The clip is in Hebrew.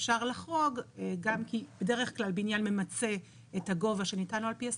אפשר לחרוג כי בדרך כלל בנין ממצה את הגובה שניתן לו על פי הזכויות,